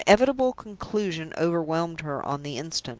the inevitable conclusion overwhelmed her on the instant.